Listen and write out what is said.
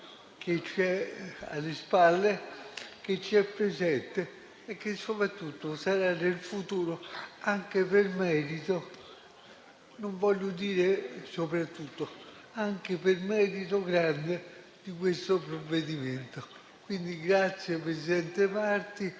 grazie presidente Marti,